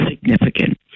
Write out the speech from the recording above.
significant